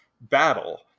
battle